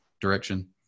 direction